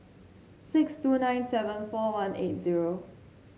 six two nine seven four one eight zero